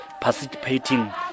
participating